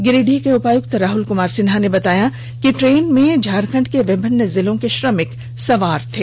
गिरिडीह उपायुक्त राहुल कुमार सिन्हा ने बताया कि ट्रेन में झारखंड के विभिन्न जिलों के श्रमिक सवार थे